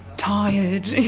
tired you